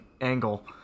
angle